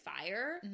fire